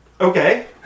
Okay